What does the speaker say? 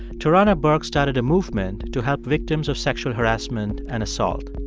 tarana burke started a movement to help victims of sexual harassment and assault.